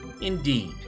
Indeed